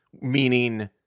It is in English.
meaning